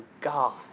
God